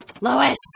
Lois